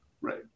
Right